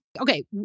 Okay